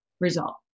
result